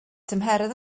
tymheredd